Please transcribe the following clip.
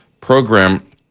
program